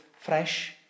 fresh